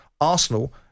Arsenal